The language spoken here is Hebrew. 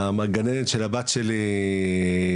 הגננת של הבת שלי שם,